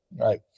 right